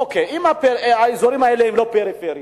אוקיי, אם האזורים האלה הם לא פריפריה,